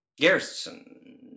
Garrison